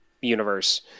universe